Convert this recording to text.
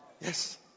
Yes